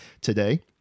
today